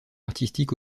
artistique